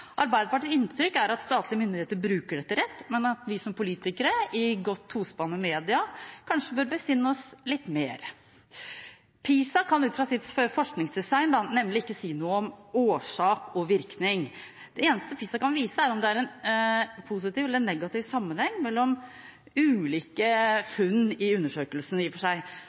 Arbeiderpartiets inntrykk er at statlige myndigheter bruker dette rett, men at vi som politikere – i godt tospann med media – kanskje bør besinne oss litt mer. PISA kan ut fra sitt forskningsdesign nemlig ikke si noe om årsak og virkning. Det eneste PISA kan vise, er om det er en positiv eller negativ sammenheng mellom ulike funn i undersøkelsen i og for seg.